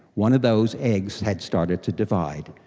one of those eggs had started to divide,